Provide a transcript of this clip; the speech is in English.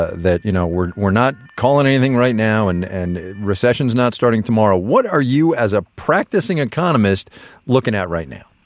ah that, you know, we're we're not calling anything right now, and the and recession is not starting tomorrow, what are you as a practicing economist looking at right now?